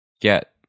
get